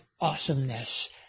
awesomeness